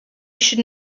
should